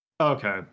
Okay